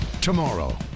Tomorrow